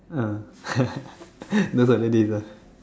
ah those were the days ah